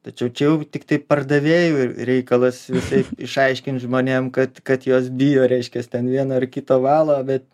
tačiau čia jau tiktai pardavėjų reikalas visai išaiškint žmonėm kad kad jos bijo reiškias ten vieno ar kito valo bet